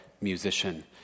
musician